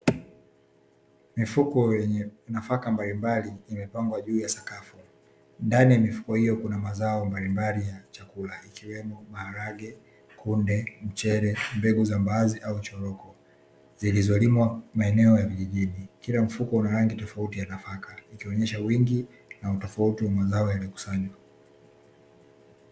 Mifuko yenye nafaka mbalimbali imepanga juu ya sakafu ndani ya mifuko hiyo kuna mzao mbalimbali ya chakula ikiwemo maharage, kunde, mchele mbegu za mbaazi au choroko zilizolimwa maeneo ya vijijini, kila mfuko unarangi tofauti ya nafaka ikionyesha wingi na utofauti wa nafaka iliyokusanywa.